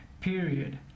period